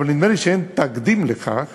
אבל נדמה לי שאין תקדים לכך